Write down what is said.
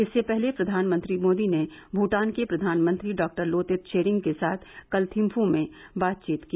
इससे पहले प्रधानमंत्री मोदी ने भूटान के प्रधानमंत्री डॉक्टर लोते त्रोरिंग के साथ कल थिम्फू में बातचीत की